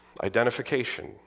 identification